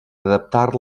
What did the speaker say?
adaptar